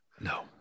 No